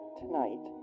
tonight